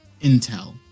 intel